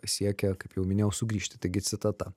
siekia kaip jau minėjau sugrįžti taigi citata